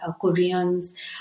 Koreans